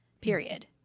Period